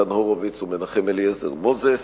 ניצן הורוביץ ומנחם אליעזר מוזס,